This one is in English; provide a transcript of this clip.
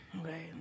Okay